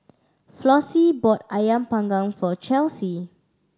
Flossie bought Ayam Panggang for Chelsey